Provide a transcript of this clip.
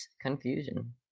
Confusion